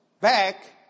back